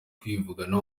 kwivugana